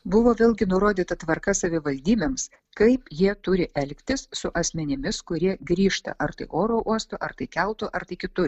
buvo vėlgi nurodyta tvarka savivaldybėms kaip jie turi elgtis su asmenimis kurie grįžta ar tai oro uostu ar tai keltu ar tai kitu